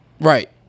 Right